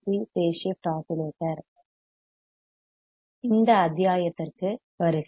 C phase shift oscillator இந்த அத்தியாயத்திற்க்கு வருக